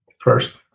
first